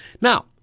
Now